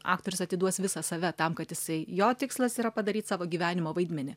aktorius atiduos visą save tam kad jisai jo tikslas yra padaryt savo gyvenimo vaidmenį